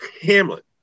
Hamlet